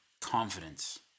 Confidence